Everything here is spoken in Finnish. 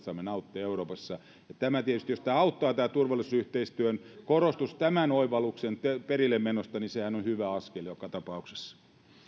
saamme nauttia euroopassa ja tietysti jos tämä turvallisuusyhteistyön korostus auttaa tämän oivalluksen perillemenoa niin sehän on hyvä askel joka tapauksessa